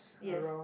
yes